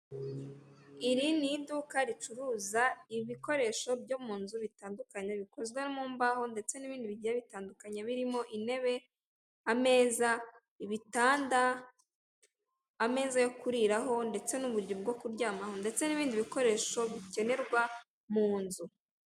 Iri ni iduka ricuruza ibikoresho byo mu nzu bitandukanye bikozwe mu mbaho ndetse n'ibindi bi bitandukanye, birimo intebe, ameza, ibitanda, ameza yo kuriraho, ndetse n'uburiri bwo kuryamaho ndetse n'ibindi bikoresho bikenerwa mu nzu.